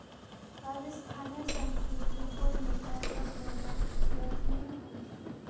राजस्थानेर संस्कृतिक उद्यमिता स जोड़ना दर्शनीय ह बे